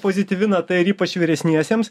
pozityvi nata ir ypač vyresniesiems